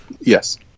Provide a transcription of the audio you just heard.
Yes